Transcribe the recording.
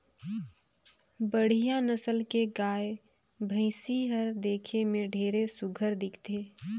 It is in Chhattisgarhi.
बड़िहा नसल के गाय, भइसी हर देखे में ढेरे सुग्घर दिखथे